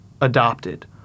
adopted